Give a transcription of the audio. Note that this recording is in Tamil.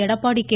எடப்பாடி கே